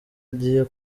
agiye